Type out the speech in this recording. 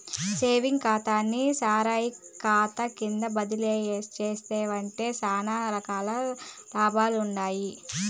savings కాతాని salary కాతా కింద బదలాయించేశావంటే సానా రకాల లాభాలుండాయి